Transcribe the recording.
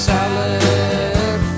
Salad